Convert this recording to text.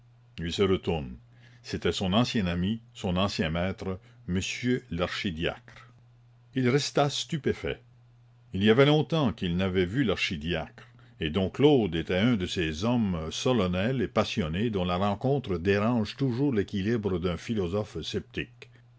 il se retourne c'était son ancien ami son ancien maître monsieur l'archidiacre il resta stupéfait il y avait longtemps qu'il n'avait vu l'archidiacre et dom claude était un de ces hommes solennels et passionnés dont la rencontre dérange toujours l'équilibre d'un philosophe sceptique